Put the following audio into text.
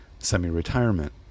semi-retirement